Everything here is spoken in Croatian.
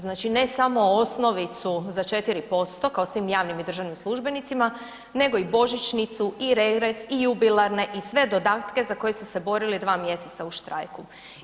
Znači, ne samo osnovicu za 4% kao svim javnim i državnim službenicima, nego i božičnicu i regres i jubilarne i sve dodatke za koje su se borili 2 mjeseca u štrajku.